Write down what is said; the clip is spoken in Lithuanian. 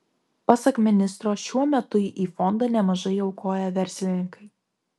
pasak ministro šiuo metu į fondą nemažai aukoja verslininkai